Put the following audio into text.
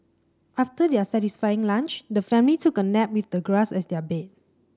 after their satisfying lunch the family took a nap with the grass as their bed